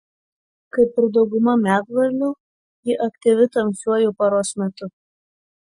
kaip ir dauguma medvarlių ji aktyvi tamsiuoju paros metu